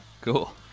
cool